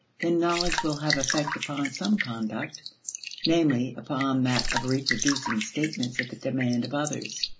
then knowledge will have effect upon some conduct namely upon that of reproducing statements at the demand of others.